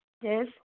yes